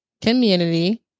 community